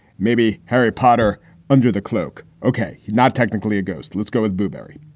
maybe harry potter under the cloak. ok, not technically a ghost. let's go with blueberry.